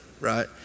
right